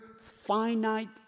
finite